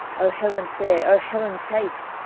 o helen fair! o helen chaste!